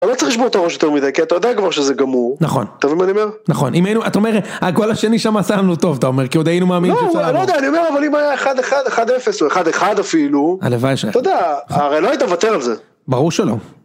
אתה לא צריך לשבור את הראש יותר מדי, כי אתה יודע כבר שזה גמור. נכון. אתה מבין מה אני אומר? נכון, אם היינו, אתה אומר, הגול השני שם עשה לנו טוב, אתה אומר, כי עוד היינו מאמינים שזה היה נכון. לא, לא יודע, אני אומר, אבל אם היה 1-1-1-0 או 1-1 אפילו. הלוואי שהיה. אתה יודע, הרי לא היית מוותר על זה. ברור שלא.